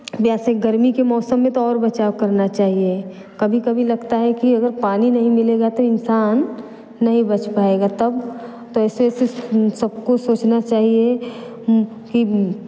वैसे गर्मी के मौसम में तो और बचाव करना चाहिए कभी कभी लगता है कि अगर पानी नहीं मिलेगा तो इंसान नहीं बच पाएगा तब तो ऐसे ऐसे सबको सोचना चाहिए कि